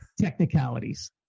technicalities